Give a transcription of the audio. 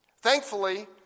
Thankfully